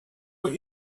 but